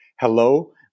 Hello